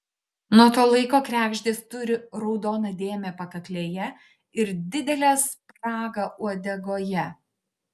nuo to laiko kregždės turi raudoną dėmę pakaklėje ir didelę spragą uodegoje